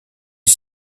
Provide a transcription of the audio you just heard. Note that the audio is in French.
est